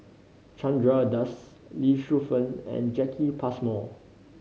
Chandra Das Lee Shu Fen and Jacki Passmore